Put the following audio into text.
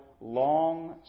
long